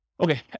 Okay